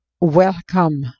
welcome